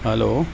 hello